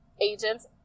agents